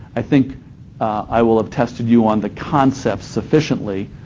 i think i will have tested you on the concepts sufficiently.